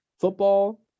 football –